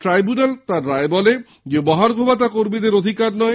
tribunal তার রায়ে বলে মহার্ঘভাতা কর্মীদের অধিকার নয়